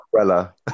umbrella